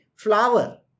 Flower